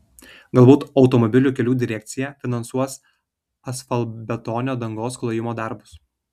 galbūt automobilių kelių direkcija finansuos asfaltbetonio dangos klojimo darbus